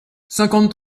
cinquante